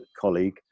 colleague